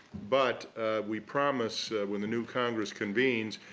but we promise when the new congress convenes,